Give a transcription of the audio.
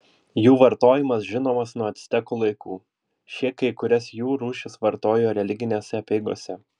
jų vartojimas žinomas nuo actekų laikų šie kai kurias jų rūšis vartojo religinėse apeigose